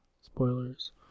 Spoilers